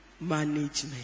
management